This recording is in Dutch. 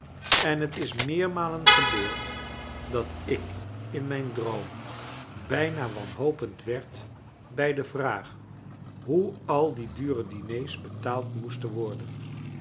en het is meermalen gebeurd dat ik in mijn droomen bijna wanhopend werd bij de vraag hoe al die dure diners betaald moesten worden